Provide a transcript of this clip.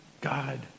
God